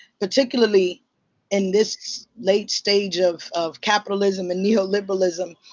particularly in this late stage of of capitalism, and neoliberalism,